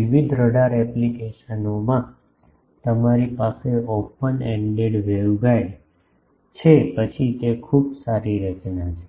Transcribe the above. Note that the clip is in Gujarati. તેથી વિવિધ રડાર એપ્લિકેશનોમાં તમારી પાસે ઓપન એન્ડેડ વેવગાઇડ છે પછી તે ખૂબ સારી રચના છે